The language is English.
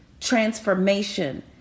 transformation